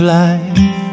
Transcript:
life